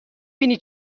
بینی